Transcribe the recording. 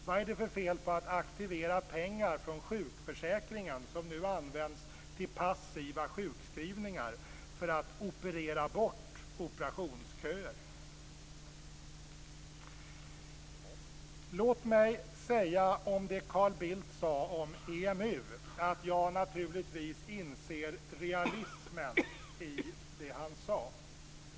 Vad är det för fel i att aktivera pengar från sjukförsäkringen som nu används till passiva sjukskrivningar för att "operera bort" Naturligtvis inser jag realismen i det som Carl Bildt sade om EMU.